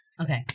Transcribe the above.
okay